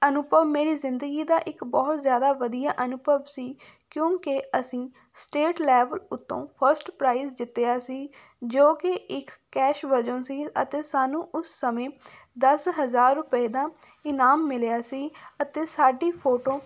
ਅਨੁਭਵ ਮੇਰੀ ਜ਼ਿੰਦਗੀ ਦਾ ਇੱਕ ਬਹੁਤ ਜ਼ਿਆਦਾ ਵਧੀਆ ਅਨੁਭਵ ਸੀ ਕਿਉਂਕਿ ਅਸੀਂ ਸਟੇਟ ਲੈਵਲ ਉੱਤੋਂ ਫਰਸਟ ਪ੍ਰਾਈਜ਼ ਜਿੱਤਿਆ ਸੀ ਜੋ ਕਿ ਇੱਕ ਕੈਸ਼ ਵਜੋਂ ਸੀ ਅਤੇ ਸਾਨੂੰ ਉਸ ਸਮੇਂ ਦਸ ਹਜ਼ਾਰ ਰੁਪਏ ਦਾ ਇਨਾਮ ਮਿਲਿਆ ਸੀ ਅਤੇ ਸਾਡੀ ਫੋਟੋ